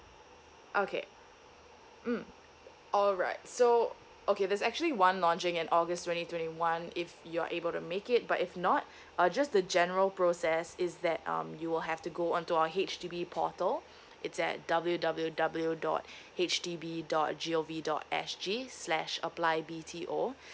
okay mm alright so okay there's actually one launching in august twenty twenty one if you're able to make it but if not uh just the general process is that um you will have to go on to our H_D_B portal it's at W W W dot H D B dot G O V dot S G slash apply B_T_O